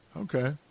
Okay